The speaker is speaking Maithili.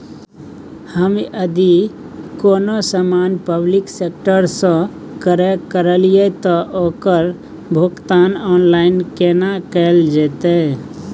हम यदि कोनो सामान पब्लिक सेक्टर सं क्रय करलिए त ओकर भुगतान ऑनलाइन केना कैल जेतै?